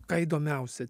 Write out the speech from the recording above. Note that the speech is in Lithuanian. ką įdomiausia